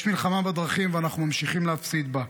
יש מלחמה בדרכים, ואנחנו ממשיכים להפסיד בה.